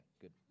good